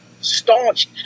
staunch